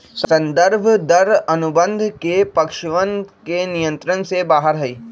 संदर्भ दर अनुबंध के पक्षवन के नियंत्रण से बाहर हई